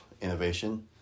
innovation